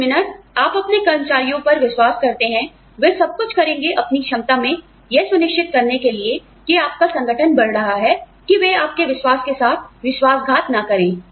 जिस मिनट आप अपने कर्मचारियों पर विश्वास करते हैं वे सब कुछ करेंगे अपनी क्षमता में यह सुनिश्चित करने के लिए कि आपका संगठन बढ़ रहा है कि वे आपके विश्वास के साथ विश्वासघात न करें